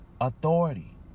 authority